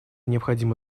необходимо